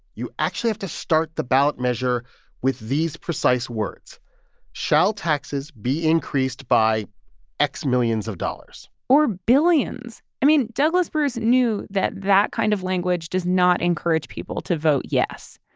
you actually have to start the ballot measure with these precise words shall taxes be increased by x millions of dollars? or billions. i mean, douglas bruce knew that that kind of language does not encourage people to vote yes.